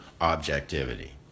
objectivity